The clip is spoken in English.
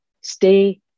stay